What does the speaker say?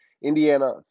Indiana